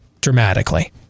Dramatically